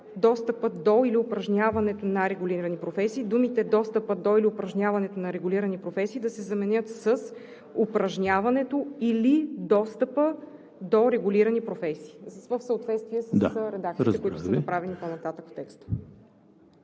„достъпът до или упражняването на регулирани професии“ да се заменят с „упражняването или достъпът до регулирани професии“. Това е в съответствие с редакциите в текста, които са направени по-нататък.